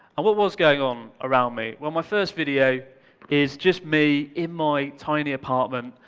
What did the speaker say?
and what was going on around me? well, my first video is just me in my tiny apartment,